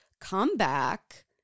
comeback